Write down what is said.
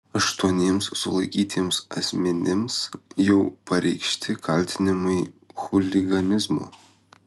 aštuoniems sulaikytiems asmenims jau pareikšti kaltinimai chuliganizmu